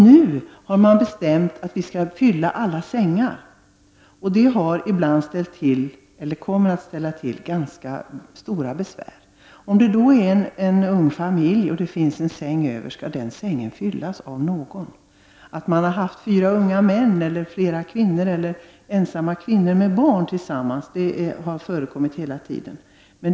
Nu har det beslutats att man skall fylla alla sängar, vilket kommer att ställa till ganska stora besvär. Om en ung familj har en säng över skall denna fyllas av någon. Det har under hela tiden förekommit att fyra unga män, flera kvinnor eller ensamma kvinnor med barn har bott tillsammans.